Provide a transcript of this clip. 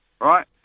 Right